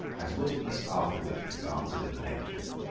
as witness after witness answered in the negative,